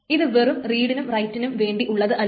ഇത് വെറും റീഡിനും റൈറ്റിനും വേണ്ടിയുള്ളതല്ല